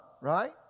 Right